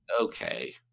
okay